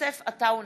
יוסף עטאונה,